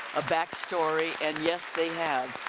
a back story, and yes, they have.